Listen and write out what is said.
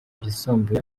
byisumbuye